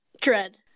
dread